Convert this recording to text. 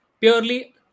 purely